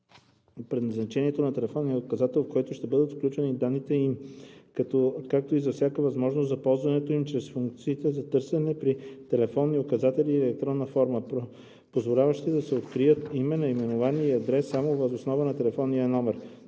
предназначението на телефонния указател, в който ще бъдат включени данните им, както и за всяка възможност за ползването им чрез функциите за търсене при телефонни указатели в електронна форма, позволяващи да се открият име, наименование и адрес само въз основа на телефонен номер.